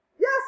Yes